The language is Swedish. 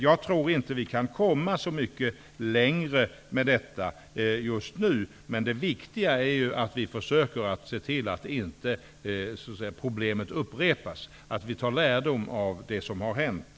Jag tror inte att vi kan komma så värst mycket längre just nu. Det viktiga är att vi ser till att problemet inte upprepas och att vi tar lärdom av det som har hänt.